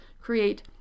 create